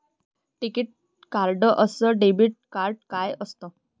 टिकीत कार्ड अस debit card काय असत?